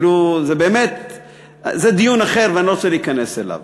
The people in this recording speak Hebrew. זה דיון אחר, ואני לא רוצה להיכנס אליו.